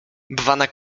bwana